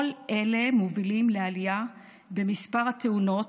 כל אלה מובילים לעלייה במספר התאונות,